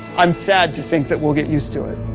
i'm sad to think that we'll get used to it.